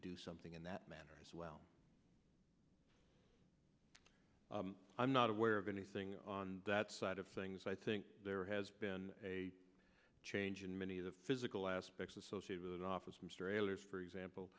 do something in that manner as well i'm not aware of anything on that side of things i think there has been a change in many of the physical aspects associated office mr ailes for example